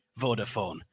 Vodafone